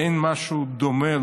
אין משהו דומה,